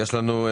שלום.